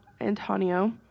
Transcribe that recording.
Antonio